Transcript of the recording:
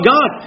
God